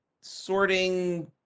sorting